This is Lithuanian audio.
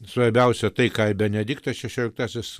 svarbiausia tai ką benediktas šešioliktasis